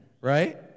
right